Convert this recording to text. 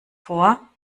vor